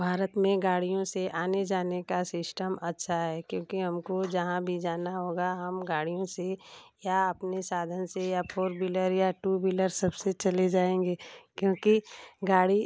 भारत में गाड़ियों से आने जाने का सिश्टम अच्छा है क्योंकि हमको जहाँ भी जाना होगा हम गाड़ियों से या अपने साधन से या फोर विलर या टू विलर सबसे चले जाएंगे क्योंकि गाड़ी